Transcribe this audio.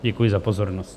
Děkuji za pozornost.